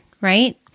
right